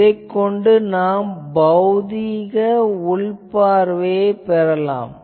இதைக் கொண்டு நாம் இதன் பௌதீக உள்பார்வையைப் பெறலாம்